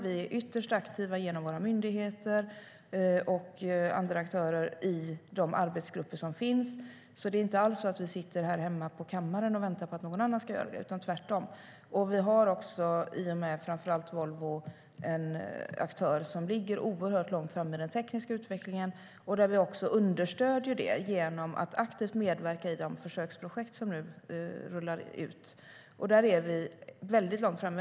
Vi är ytterst aktiva genom våra myndigheter och andra aktörer i de arbetsgrupper som finns, så det är inte alls så att vi sitter här hemma på kammaren och väntar på att någon annan ska göra det - tvärtom. Vi har också i framför allt Volvo en aktör som ligger oerhört långt fram i den tekniska utvecklingen, och vi understöder det genom att aktivt medverka i de försöksprojekt som nu rullas ut. Där ligger vi långt fram.